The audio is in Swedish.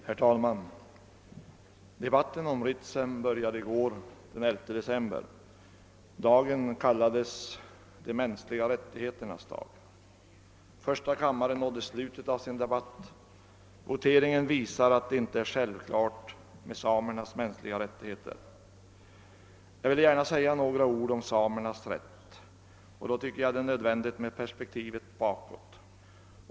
Herr talman! Debatten om RBitsem började i går, den 10 december. Dagen kallades »de mänskliga rättigheternas dag». Första kammaren nådde slutet av sin debatt, och voteringen visade att det inte är självklart med samernas mänskliga rättigheter. Jag vill säga några ord om samernas rätt, men då är det nödvändigt med perspektiv bakåt.